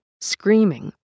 screaming